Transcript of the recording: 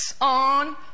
on